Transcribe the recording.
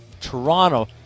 Toronto